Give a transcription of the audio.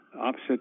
opposite